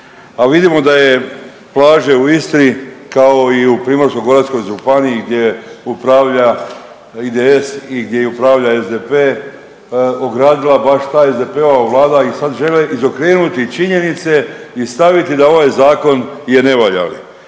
a vidimo da je plaže u Istri, kao i u PGŽ gdje upravlja IDS i gdje upravlja SDP ogradila baš ta SDP-ova vlada i sad žele izokrenuti činjenice i staviti da ovaj zakon je nevaljali.